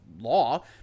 law